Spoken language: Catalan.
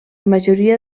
majoria